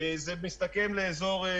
הסכום הכולל?